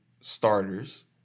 starters